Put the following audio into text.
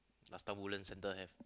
last time Woodlands center have